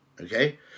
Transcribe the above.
Okay